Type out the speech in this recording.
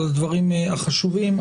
על הדברים החשובים.